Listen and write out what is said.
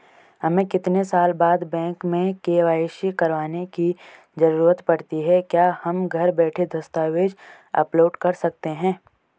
हमें कितने साल बाद बैंक में के.वाई.सी करवाने की जरूरत पड़ती है क्या हम घर बैठे दस्तावेज़ अपलोड कर सकते हैं?